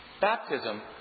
baptism